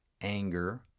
anger